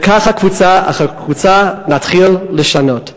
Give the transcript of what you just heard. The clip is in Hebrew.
וככה, קבוצה אחר קבוצה, נתחיל לשנות.